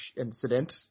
incident